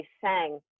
sang